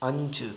അഞ്ച്